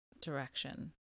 direction